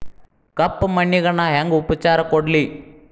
ಕಪ್ಪ ಮಣ್ಣಿಗ ನಾ ಹೆಂಗ್ ಉಪಚಾರ ಕೊಡ್ಲಿ?